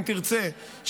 אם תרצה,